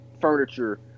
furniture